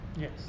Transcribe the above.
Yes